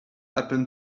happen